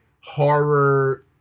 horror